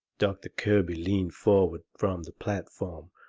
doctor kirby leaned forward from the platform,